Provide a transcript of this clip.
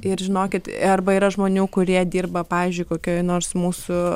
ir žinokit arba yra žmonių kurie dirba pavyzdžiui kokioje nors mūsų